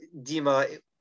Dima